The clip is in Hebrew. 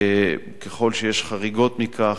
ככל שיש חריגות מכך,